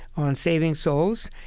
on saving souls.